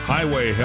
Highway